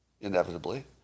Inevitably